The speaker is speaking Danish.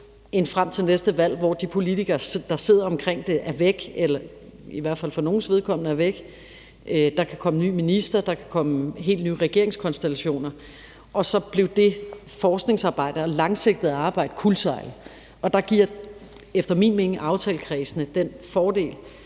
end frem til næste valg, hvor de politikere, der sidder omkring bordet, i hvert fald for nogles vedkommende er væk, eller der er kommet en ny minister eller en helt ny regeringskonstellation, og så er det forskningsarbejde og det langsigtede arbejde kuldsejlet. Der giver aftalekredsen efter min mening den fordel,